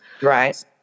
Right